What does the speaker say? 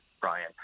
Brian